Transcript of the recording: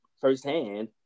firsthand